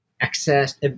access